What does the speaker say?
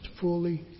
fully